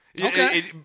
Okay